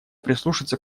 прислушаться